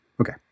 Okay